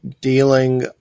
dealing